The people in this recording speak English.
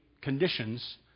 conditions